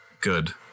Good